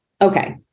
okay